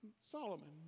Solomon